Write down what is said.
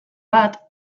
bat